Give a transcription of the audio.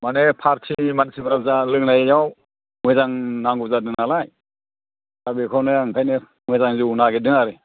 माने पार्टिनि मानसिफोर जा लोंनायाव मोजां नांगौ जादों नालाय दा बेखौनो ओंखायनो मोजां जौ नागिरदों आरो